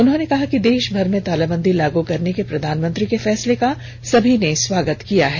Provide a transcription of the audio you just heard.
उन्होंने कहा कि देश भर में तालाबंदी लागू करने के प्रधानमंत्री के फैसले का सभी ने स्वागत किया है